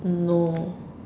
no